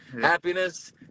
Happiness